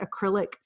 acrylic